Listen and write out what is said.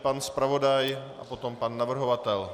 Pan zpravodaj a potom pan navrhovatel.